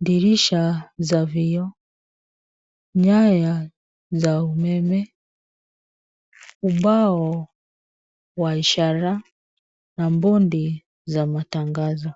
dirisha za vioo, nyaya za ueme, ubao wa ishara na bodi za matangazo.